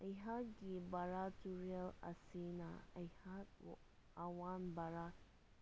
ꯑꯩꯍꯥꯛꯀꯤ ꯕꯔꯥꯛ ꯇꯨꯔꯦꯜ ꯑꯁꯤꯅ ꯑꯩꯍꯥꯛ ꯑꯋꯥꯡ ꯚꯥꯔꯠꯇ